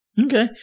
Okay